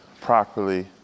properly